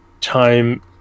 time